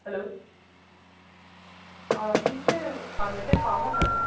hello आं तुमचें आब्याचें फार्म आसा न्ही